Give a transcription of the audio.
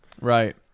right